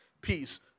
peace